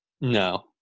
No